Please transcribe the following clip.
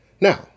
Now